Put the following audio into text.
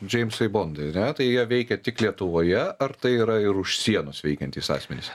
džeimsai bondai ar ne tai jie veikia tik lietuvoje ar tai yra ir už sienos veikiantys asmenys